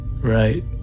right